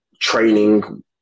training